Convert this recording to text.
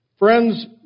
Friends